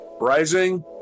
rising